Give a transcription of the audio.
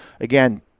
Again